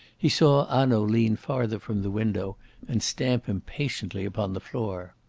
he saw hanaud lean farther from the window and stamp impatiently upon the floor.